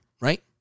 right